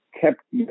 kept